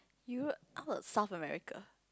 Europe how about South-America